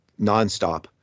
nonstop